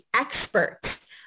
experts